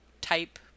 type